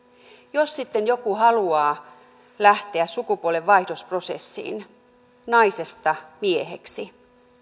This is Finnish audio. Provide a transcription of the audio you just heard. jos sitten joku haluaa lähteä sukupuolenvaihdosprosessiin naisesta mieheksi